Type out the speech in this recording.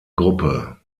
gruppe